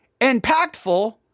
impactful